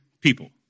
people